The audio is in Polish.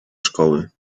szkoły